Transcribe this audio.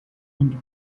and